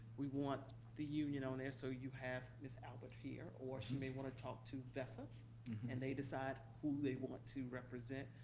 we want the union on there. so you have miss albert here. or she may want to talk to vesa and they decide who they want to represent.